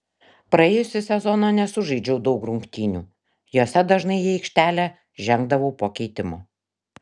praėjusį sezoną nesužaidžiau daug rungtynių jose dažnai į aikštę žengdavau po keitimo